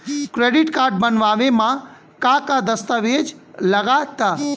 Credit card बनवावे म का का दस्तावेज लगा ता?